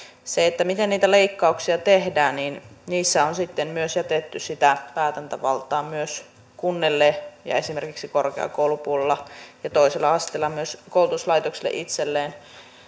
siinä miten niitä leikkauksia tehdään on sitten jätetty sitä päätäntävaltaa myös kunnille ja esimerkiksi korkeakoulupuolella ja toisella asteella myös koulutuslaitoksille itselleen